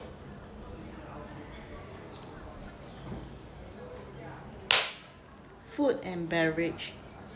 food and beverage